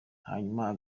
hanyuma